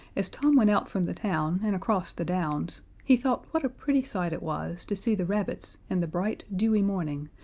as tom went out from the town and across the downs, he thought what a pretty sight it was to see the rabbits in the bright, dewy morning,